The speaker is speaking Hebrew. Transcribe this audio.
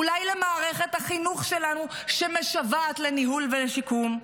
אולי למערכת החינוך שלנו, שמשוועת לניהול ולשיקום?